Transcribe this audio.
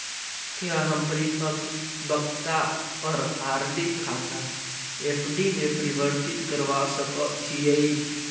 क्या हम परिपक्वता पर आर.डी खाता एफ.डी में परिवर्तित करवा सकअ हियई